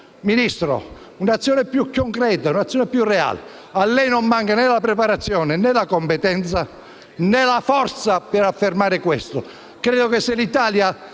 Ministro, occorre un'azione più concreta e reale: a lei non mancano né la preparazione, né la competenza, né la forza per affermare questo. Credo che se l'Italia